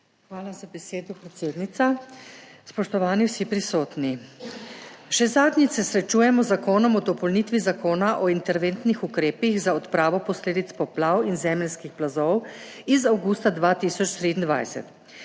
Hvala za besedo, predsednica. Spoštovani vsi prisotni! Še zadnjič se srečujemo z Zakonom o dopolnitvi Zakona o interventnih ukrepih za odpravo posledic poplav in zemeljskih plazov iz avgusta 2023.